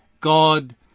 God